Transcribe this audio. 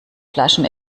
flaschen